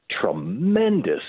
tremendous